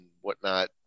whatnot